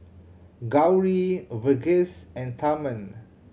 Gauri Verghese and Tharman